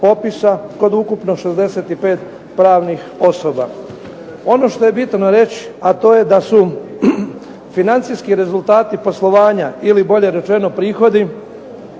kod ukupno 65 pravnih osoba. Ono što je bitno reći, a to je da su financijski rezultati poslovanja ili bolje rečeno prihodi